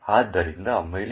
ಆದ್ದರಿಂದ mylib